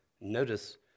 Notice